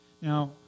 Now